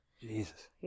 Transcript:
Jesus